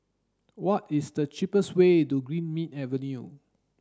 what is the cheapest way to Greenmead Avenue